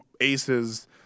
aces